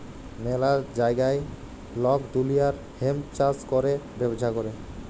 ম্যালা জাগায় লক দুলিয়ার হেম্প চাষ ক্যরে ব্যবচ্ছা ক্যরে